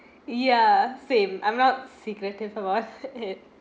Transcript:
ya same I'm not secretive about it